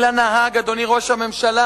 אלא נהג, אדוני ראש הממשלה,